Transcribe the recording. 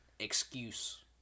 excuse